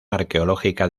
arqueológica